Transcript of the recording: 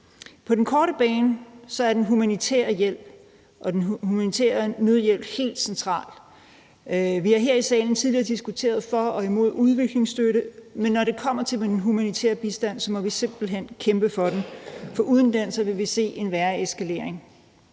På den korte bane er den humanitære hjælp og den humanitære nødhjælp helt central. Vi har her i salen tidligere diskuteret for og imod udviklingsstøtte, men når det kommer til den humanitære bistand, må vi simpelt hen kæmpe for den. For uden den vil vi se en værre eskalering.